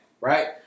Right